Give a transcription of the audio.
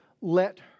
Let